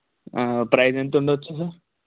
praise ఎంతుండొచ్చు sir